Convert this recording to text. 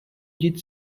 did